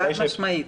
חד-משמעית.